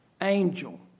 angel